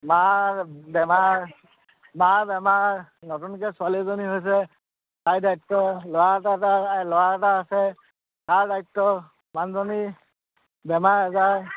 মাৰ বেমাৰ মাৰ বেমাৰ নতুনকৈ ছোৱালী এজনী হৈছে তাইৰ দায়িত্ব ল'ৰা এটা এটা ল'ৰা এটা আছে তাৰ দায়িত্ব মানুহজনী বেমাৰ আজাৰ